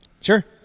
Sure